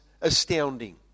astounding